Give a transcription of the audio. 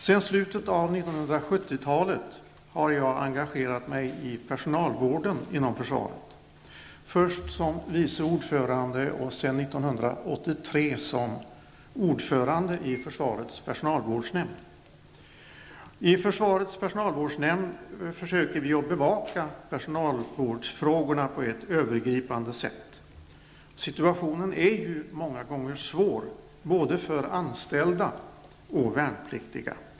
Sedan slutet av 70-talet har jag varit engagerad i personalvården inom försvaret. Jag var från början vice ordförande och sedan 1983 försvarets personalvårdsnämnd försöker vi bevaka personalvårdsfrågorna på ett övergripande sätt. Situationen är många gånger svår både för anställda och värnpliktiga.